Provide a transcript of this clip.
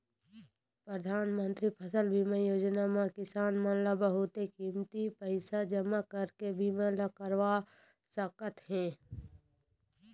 परधानमंतरी फसल बीमा योजना म किसान मन ल बहुते कमती पइसा जमा करके बीमा ल करवा सकत हे